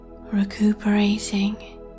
recuperating